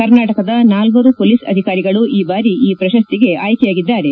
ಕರ್ನಾಟಕದ ನಾಲ್ಲರು ಪೊಲೀಸ್ ಅಧಿಕಾರಿಗಳು ಈ ಬಾರಿ ಈ ಪ್ರಶಸ್ತಿಗೆ ಆಯ್ಕೆಯಾಗಿದ್ದಾರೆ